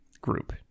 group